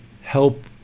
help